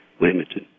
limited